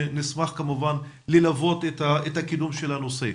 ונשמח כמובן ללוות את הקידום של הנושא.